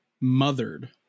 Mothered